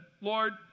Lord